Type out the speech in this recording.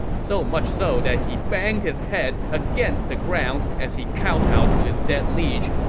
so much so that he banged his head against the ground as he kowtowed to his dead liege.